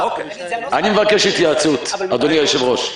אני דוחה את כל המשך הדיון בחוק למחר.